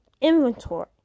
inventory